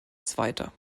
zweiter